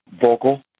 vocal